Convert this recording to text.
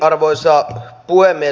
arvoisa puhemies